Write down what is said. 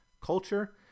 culture